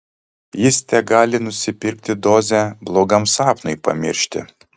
jis tegali nusipirkti dozę blogam sapnui pamiršti